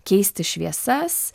keisti šviesas